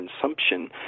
Consumption